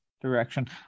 direction